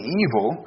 evil